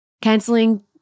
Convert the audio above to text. Canceling